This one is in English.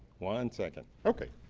one second. ok.